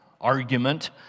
argument